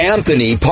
Anthony